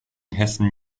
hessen